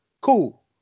Cool